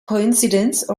coincidence